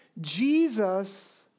Jesus